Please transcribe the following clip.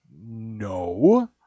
no